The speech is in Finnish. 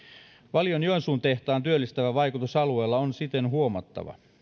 valion joensuun tehtaan työllistävä vaikutus alueella on siten huomattava